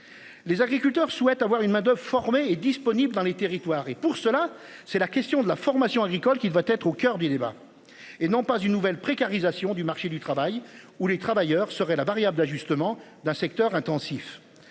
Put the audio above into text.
Les agriculteurs souhaitent avoir une main oeuvre formée et disponible dans les territoires et pour cela, c'est la question de la formation agricole, qui doit être au coeur du débat et non pas une nouvelle précarisation du marché du travail ou les travailleurs seraient la variable d'ajustement d'un secteur intensif.